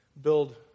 build